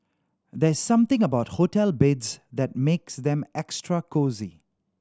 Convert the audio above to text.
there's something about hotel beds that makes them extra cosy